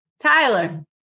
Tyler